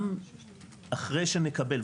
גם אחרי שנקבל,